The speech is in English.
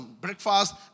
breakfast